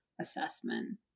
assessment